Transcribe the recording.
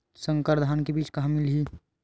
संकर धान के बीज कहां मिलही?